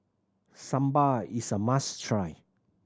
sambar is a must try